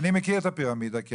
אני מכיר את הפירמידה.